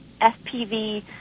FPV